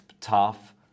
tough